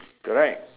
correct